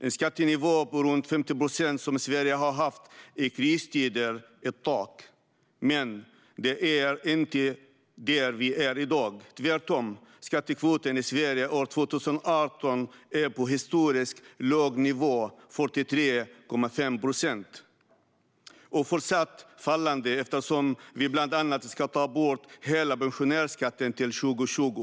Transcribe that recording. En skattenivå på runt 50 procent, som Sverige har haft i kristider, är ett tak, men det är inte där vi är i dag. Tvärtom är skattekvoten i Sverige år 2018 på en historiskt låg nivå, 43,5 procent, och fortsatt fallande eftersom vi bland annat ska ta bort hela pensionärsskatten till 2020.